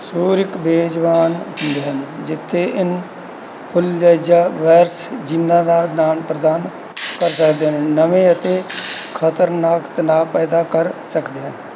ਸੂਰ ਇੱਕ ਬੇਜ਼ੁਬਾਨ ਹੁੰਦੇ ਹਨ ਜਿੱਥੇ ਇਨਫਲੈਜਾ ਵੈਰਸ ਜਿਹਨਾਂ ਦਾ ਆਦਾਨ ਪ੍ਰਦਾਨ ਕਰ ਸਕਦੇ ਹਨ ਨਵੇਂ ਅਤੇ ਖਤਰਨਾਕ ਤਨਾਅ ਪੈਦਾ ਕਰ ਸਕਦੇ ਹਨ